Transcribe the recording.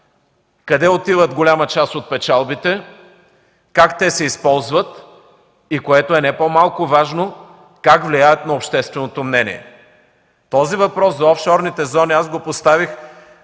къде отива голяма част от печалбите, как те се използват и, което е не по-малко важно, как влияят на общественото мнение? Поставих въпроса за офшорните зони преди